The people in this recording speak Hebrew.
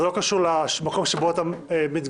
זה לא קשור למקום שבו אתה מתגורר.